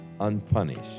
unpunished